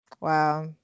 Wow